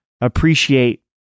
appreciate